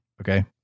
Okay